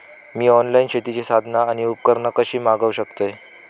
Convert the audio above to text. मी online शेतीची साधना आणि उपकरणा कशी मागव शकतय?